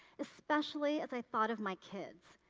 especially as i thought of my kids,